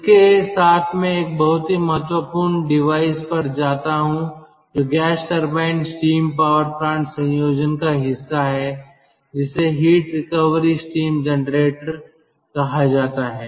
इसके साथ मैं एक बहुत ही महत्वपूर्ण डिवाइस पर जाता हूं जो gas turbine steam power plant संयोजन का हिस्सा है जिसे हीट रिकवरी स्टीम जनरेटर कहा जाता है